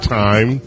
time